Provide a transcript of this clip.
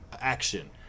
action